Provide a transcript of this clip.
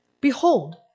Behold